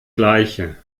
gleiche